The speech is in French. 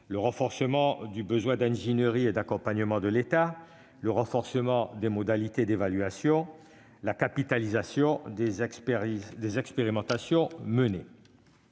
le renforcement du besoin d'ingénierie et d'accompagnement par l'État, l'amélioration des modalités d'évaluation ou encore la capitalisation des expérimentations menées.